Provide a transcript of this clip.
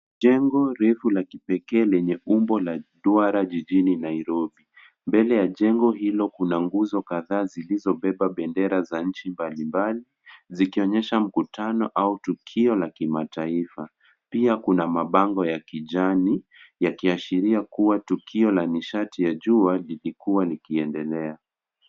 Jengo refu la kipekee lenye umbo la duara jijini Nairobi. Mbele ya jengo hilo kuna nguzo kataa zilizo beba pendera za nchi mbali mbali zikionyesha mkutano au tukio la kimataifa pia kuna mabango ya kijani yakiashiria kuwa tukio la nishati ya jua lilikuwa likiendelea.